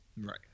Right